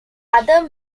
other